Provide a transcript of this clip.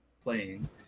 playing